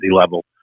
level